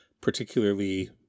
particularly